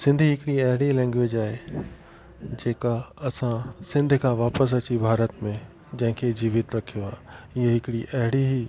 सिंधी हिकड़ी अहिड़ी लैंग्वेज आहे जेका असां सिंध खां वापसि अची भारत में जंहिंखे जीवित रखियो आहे इहा हिकड़ी अहिड़ी